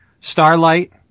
Starlight